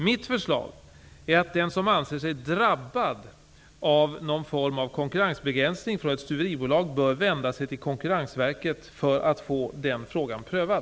Mitt förslag är att den som anser sig drabbad av någon form av konkurrensbegränsning från ett stuveribolag bör vända sig till Konkurrensverket för att få den frågan prövad.